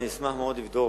אני אשמח מאוד לבדוק.